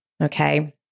Okay